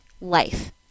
life